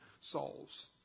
souls